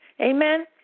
Amen